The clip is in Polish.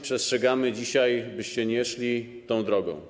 Przestrzegamy dzisiaj, byście nie szli tą drogą.